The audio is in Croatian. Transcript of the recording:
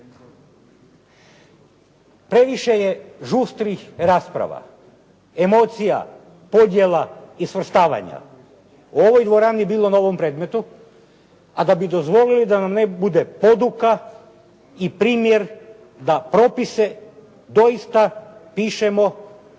Previše je žustrih rasprava, emocija, podjela i svrstavanja u ovoj dvorani bilo na ovom predmetu, a da bi dozvolili ne bude poduka i primjer da propise doista pišemo,